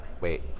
Wait